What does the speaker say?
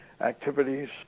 activities